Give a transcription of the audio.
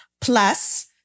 plus